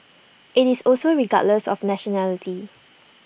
IT is also regardless of nationality